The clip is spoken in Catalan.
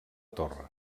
torre